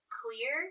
clear